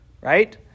right